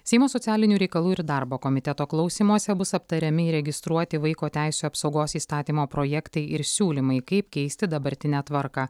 seimo socialinių reikalų ir darbo komiteto klausymuose bus aptariami įregistruoti vaiko teisių apsaugos įstatymo projektai ir siūlymai kaip keisti dabartinę tvarką